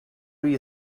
you